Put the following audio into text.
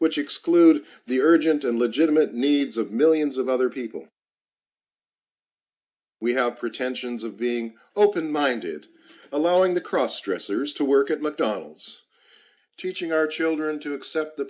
which exclude the urgent and legitimate needs of millions of other people we have pretensions of being open minded allowing the cross dressers to work at mcdonalds teaching our children to accept the